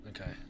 Okay